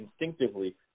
instinctively